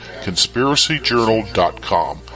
conspiracyjournal.com